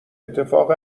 اتفاق